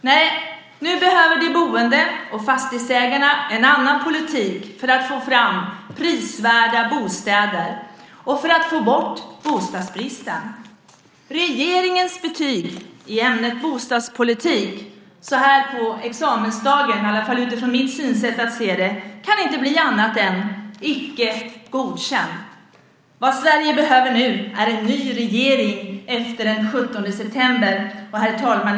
Nej - nu behöver de boende och fastighetsägarna en annan politik för att få fram prisvärda bostäder och för att få bort bostadsbristen. Regeringens betyg i ämnet bostadspolitik så här på examensdagen - i alla fall utifrån mitt sätt att se det - kan inte bli annat än Icke godkänd. Vad Sverige behöver nu är en ny regering efter den 17 september. Herr talman!